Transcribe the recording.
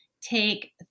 take